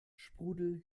sprudel